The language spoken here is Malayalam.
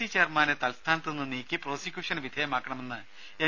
സി ചെയർമാനെ തൽസ്ഥാത്ത് നിന്നും നീക്കി പ്രോസിക്യൂഷന് വിധേയമാക്കണമെന്ന് എൻ